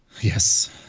Yes